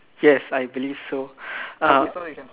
yes I believe so uh